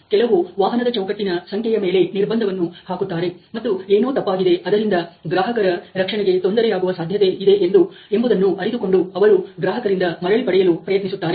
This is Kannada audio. ಕೆಲವು ವಾಹನದ ಚೌಕಟ್ಟಿನ ಸಂಖ್ಯೆಯ ಮೇಲೆ ನಿರ್ಬಂಧವನ್ನು ಹಾಕುತ್ತಾರೆ ಮತ್ತು ಏನೋ ತಪ್ಪಾಗಿದೆ ಅದರಿಂದ ಗ್ರಾಹಕರ ರಕ್ಷಣೆಗೆ ತೊಂದರೆಯಾಗುವ ಸಾಧ್ಯತೆ ಇದೆ ಎಂಬುದನ್ನು ಅರಿತುಕೊಂಡು ಅವರು ಗ್ರಾಹಕರಿಂದ ಮರಳಿ ಪಡೆಯಲು ಪ್ರಯತ್ನಿಸುತ್ತಾರೆ